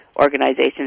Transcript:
organizations